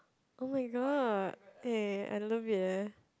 oh-my-god eh I love it eh